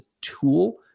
tool